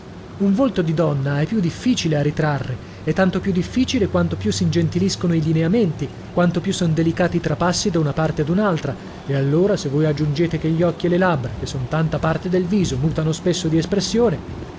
un volto di donna è più difficile a ritrarre e tanto più difficile quanto più s'ingentiliscono i lineamenti quanto più son delicati i trapassi da una parte ad un'altra e allora se voi aggiungete che gli occhi e le labbra che sono tanta parte del viso mutano spesso di espressione